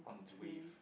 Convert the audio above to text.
on it's wave